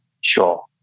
Sure